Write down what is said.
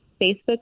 Facebook